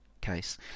case